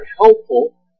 helpful